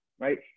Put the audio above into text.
right